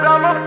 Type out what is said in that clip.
I'ma